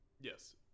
Yes